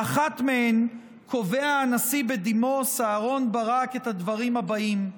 באחת מהן קבע הנשיא בדימוס אהרן ברק את הדברים הבאים: